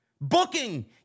Booking